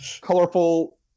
colorful